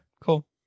cool